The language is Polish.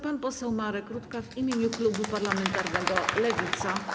Pan poseł Marek Rutka w imieniu klubu parlamentarnego Lewica.